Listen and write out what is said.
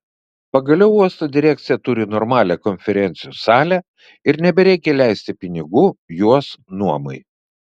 pagaliau uosto direkcija turi normalią konferencijų salę ir nebereikia leisti pinigų jos nuomai